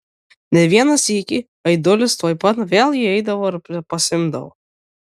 ne vieną sykį aidulis tuoj pat vėl įeidavo ir pasiimdavo